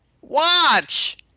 watch